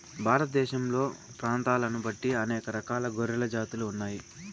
భారతదేశంలో ప్రాంతాలను బట్టి అనేక రకాల గొర్రెల జాతులు ఉన్నాయి